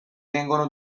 vengono